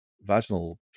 vaginal